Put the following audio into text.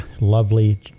lovely